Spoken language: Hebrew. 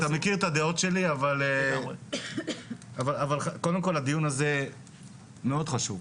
אתה מכיר את הדעות שלי אבל קודם כל הדיון הזה מאוד חשוב.